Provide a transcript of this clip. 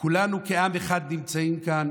וכולנו כעם אחד נמצאים כאן.